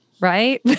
Right